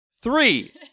Three